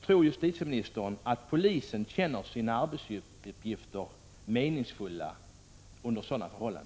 Tror justitieministern att polisen under sådana förhållanden upplever sina arbetsuppgifter som meningsfulla?